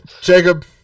Jacob